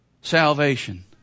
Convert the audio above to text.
salvation